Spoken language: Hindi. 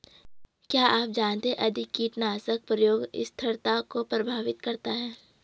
क्या आप जानते है अधिक कीटनाशक प्रयोग स्थिरता को प्रभावित करता है?